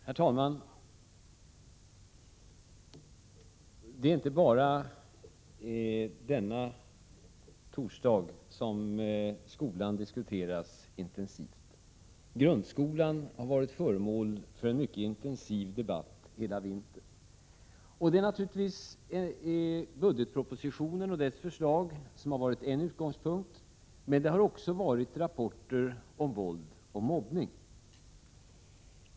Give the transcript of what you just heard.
Herr talman! Det är inte bara denna torsdag som skolan diskuteras intensivt. Grundskolan har varit föremål för en mycket intensiv debatt hela vintern. Det är naturligtvis budgetpropositionen och dess förslag som har varit en utgångspunkt, men det har också varit rapporter om våld och mobbning.